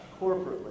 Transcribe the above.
corporately